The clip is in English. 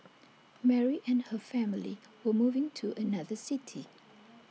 Mary and her family were moving to another city